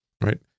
right